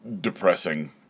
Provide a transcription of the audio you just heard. depressing